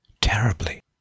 terribly